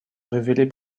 révéler